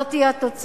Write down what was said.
זאת תהיה התוצאה.